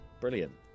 Brilliant